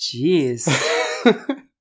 Jeez